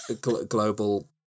global